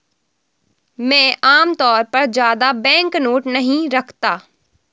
मैं आमतौर पर ज्यादा बैंकनोट नहीं रखता